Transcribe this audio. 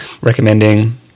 recommending